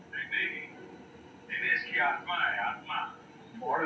social media marketing digital marketing के मात्र एकटा पहलू छियै